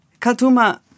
Kaltuma